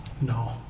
No